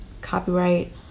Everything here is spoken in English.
copyright